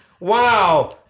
Wow